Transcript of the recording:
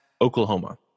Oklahoma